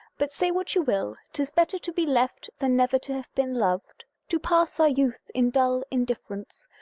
but say what you will, tis better to be left than never to have been loved. to pass our youth in dull indifference,